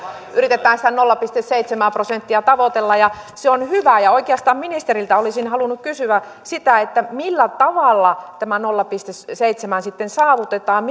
yritetään sitä nolla pilkku seitsemää prosenttia tavoitella ja se on hyvä oikeastaan ministeriltä olisin halunnut kysyä sitä millä tavalla tämä nolla pilkku seitsemän sitten saavutetaan